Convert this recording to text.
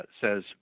says